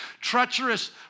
treacherous